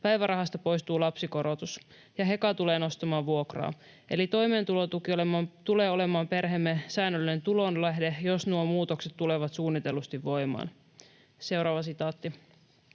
Päivärahasta poistuu lapsikorotus. Ja Heka tulee nostamaan vuokraa. Eli toimeentulotuki tulee olemaan perheemme säännöllinen tulonlähde, jos nuo muutokset tulevat suunnitellusti voimaan.” ”Opiskelija